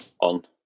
on